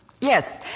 Yes